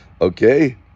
Okay